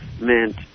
meant